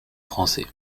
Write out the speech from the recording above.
français